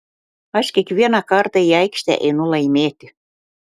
aš kiekvieną kartą į aikštę einu laimėti